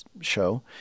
show